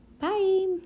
bye